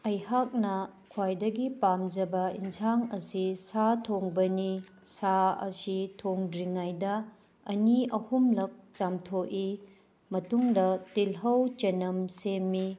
ꯑꯩꯍꯥꯛꯅ ꯍ꯭ꯋꯥꯏꯗꯒꯤ ꯄꯥꯝꯖꯕ ꯌꯦꯟꯁꯥꯡ ꯑꯁꯤ ꯁꯥ ꯊꯣꯡꯕꯅꯤ ꯁꯥ ꯑꯁꯤ ꯊꯣꯡꯗ꯭ꯔꯤꯉꯩꯗ ꯑꯅꯤ ꯑꯍꯨꯝꯂꯛ ꯆꯥꯝꯊꯣꯛꯏ ꯃꯇꯨꯡꯗ ꯇꯤꯜꯍꯧ ꯆꯅꯝ ꯁꯦꯝꯃꯤ